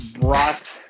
brought